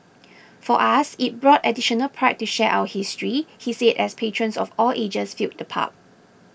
for us it brought additional pride to share our history he said as patrons of all ages filled the pub